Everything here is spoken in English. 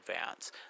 advance